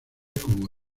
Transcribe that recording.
como